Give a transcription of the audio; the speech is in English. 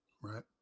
right